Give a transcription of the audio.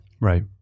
Right